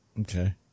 Okay